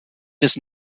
des